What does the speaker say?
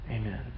Amen